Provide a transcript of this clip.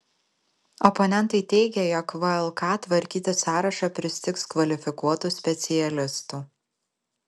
oponentai teigia jog vlk tvarkyti sąrašą pristigs kvalifikuotų specialistų